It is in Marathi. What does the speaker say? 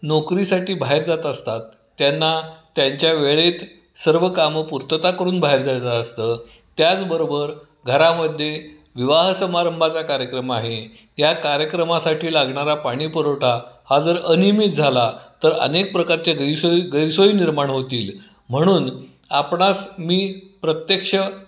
नोकरीसाठी बाहेर जात असतात त्यांना त्यांच्या वेळेत सर्व कामं पूर्तता करून बाहेर जायचं असतं त्याचबरोबर घरामध्ये विवाह समारंभाचा कार्यक्रम आहे त्या कार्यक्रमासाठी लागणारा पाणीपुरवठा हा जर अनियमित झाला तर अनेक प्रकारच्या गैरसोयी गैरसोयी निर्माण होतील म्हणून आपणास मी प्रत्यक्ष